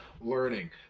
learning